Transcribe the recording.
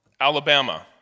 Alabama